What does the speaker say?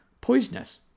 poisonous